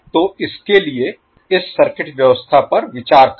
तो इसके लिए इस सर्किट व्यवस्था पर विचार करें